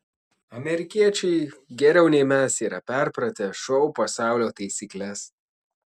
amerikiečiai geriau nei mes yra perpratę šou pasaulio taisykles